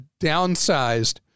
downsized